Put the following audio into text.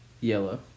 yellow